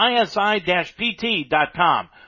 isi-pt.com